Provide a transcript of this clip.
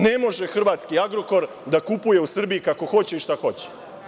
Ne može hrvatski „Agrokor“ da kupuje u Srbiji kako hoće i šta hoće.